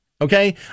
Okay